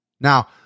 Now